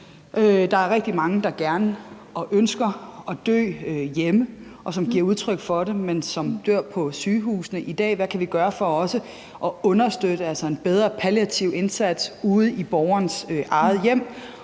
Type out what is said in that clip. Der er rigtig mange, der gerne vil og ønsker at dø hjemme, og som giver udtryk for det, men som dør på sygehusene i dag. Hvad kan vi gøre for også at understøtte en bedre palliativ indsats ude i borgerens eget hjem?